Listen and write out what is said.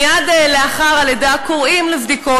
מייד לאחר הלידה קוראים לבדיקות,